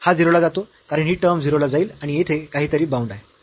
कारण ही टर्म 0 ला जाईल आणि येथे काहीतरी बाऊंड आहे